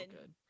good